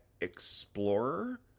Explorer